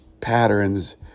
patterns